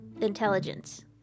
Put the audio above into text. intelligence